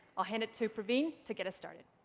i'll hand it to praveen to get us started.